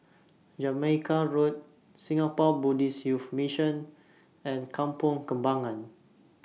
Jamaica Road Singapore Buddhist Youth Mission and Kampong Kembangan